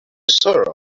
solo